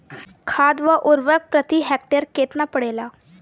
खाध व उर्वरक प्रति हेक्टेयर केतना पड़ेला?